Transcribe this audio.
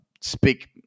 speak